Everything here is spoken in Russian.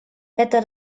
это